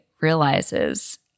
realizes